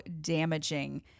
damaging